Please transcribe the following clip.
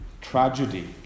tragedy